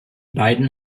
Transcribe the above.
beiden